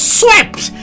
swept